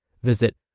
Visit